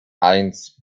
eins